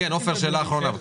עופר, שאלה אחרונה.